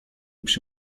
przy